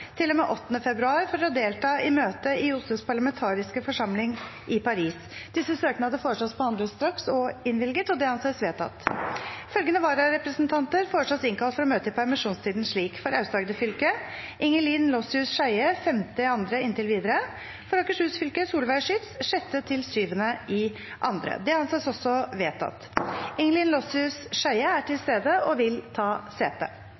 for å delta i møte i OSSEs parlamentariske forsamling i Paris Etter forslag fra presidenten ble enstemmig besluttet: Disse søknader behandles straks og innvilges. Følgende vararepresentanter innkalles for å møte i permisjonstiden slik: For Aust-Agder fylke: Ingelinn Lossius-Skeie : 5. februar og inntil videre For Akershus fylke: Solveig Schytz : 6.–7.februar Ingelinn Lossius-Skeie er til